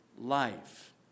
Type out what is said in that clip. life